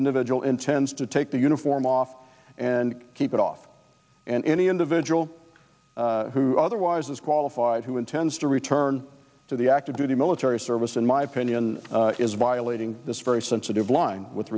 individual intends to take the uniform off and keep it off and any individual who otherwise is qualified who intends to return to the active duty military service in my opinion is violating this very sensitive line with